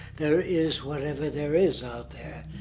there is whatever there is out there.